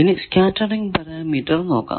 ഇനി scattering parameter നോക്കാം